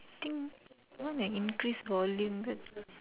I think maybe we increase volume